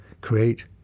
create